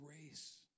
grace